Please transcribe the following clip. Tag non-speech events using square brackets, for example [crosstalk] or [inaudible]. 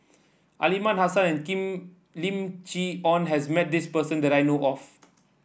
Aliman Hassan and [unintelligible] Lim Chee Onn has met this person that I know of